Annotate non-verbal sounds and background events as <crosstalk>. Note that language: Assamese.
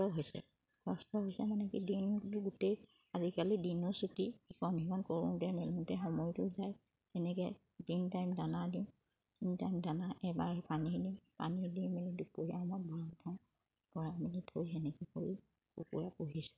কষ্ট হৈছে কষ্ট হৈছে মানে কি দিনটো গোটেই আজিকালি দিনো চুটি ইখন সিখন কৰোঁতে মেলোঁতে সময়টো যায় এনেকে তিন টাইম দানা দিওঁ তিন টাইম দানা এবাৰ পানী দিওঁ পানী দি মেলি দুপৰীয়া অলপমান <unintelligible>